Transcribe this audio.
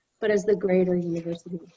but as the greater university